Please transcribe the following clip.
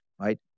right